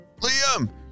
Liam